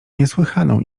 niesłychaną